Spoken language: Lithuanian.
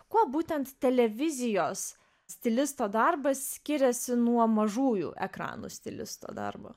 kuo būtent televizijos stilisto darbas skiriasi nuo mažųjų ekranų stilisto darbo